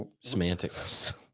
Semantics